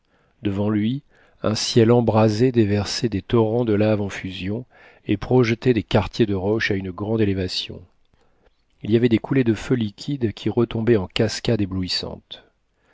devant lui un ciel embrasé déversait des torrents de lave en fusion et projetait des quartiers de roches à une grande élévation il y avait des coulées de feu liquide qui retombaient en cascades éblouissantes